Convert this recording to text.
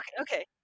okay